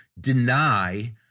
deny